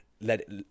let